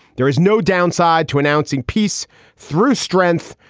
there is no downside to announcing peace through strength,